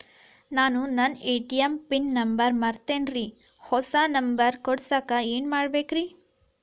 ನಾನು ನನ್ನ ATM PIN number ಮರ್ತೇನ್ರಿ, ಹೊಸಾ ನಂಬರ್ ಕುಡಸಾಕ್ ಏನ್ ಮಾಡ್ಬೇಕ್ರಿ?